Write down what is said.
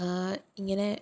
ഇങ്ങനെ